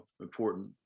important